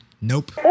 Nope